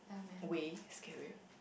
way is scarier